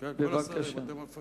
אתה יכול להמשיך.